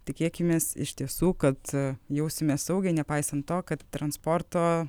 tikėkimės iš tiesų kad jausimės saugiai nepaisant to kad transporto